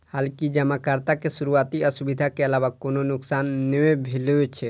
हालांकि जमाकर्ता के शुरुआती असुविधा के अलावा कोनो नुकसान नै भेलै